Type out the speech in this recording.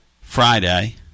Friday